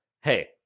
Hey